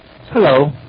Hello